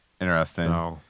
Interesting